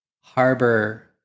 harbor